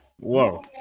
Whoa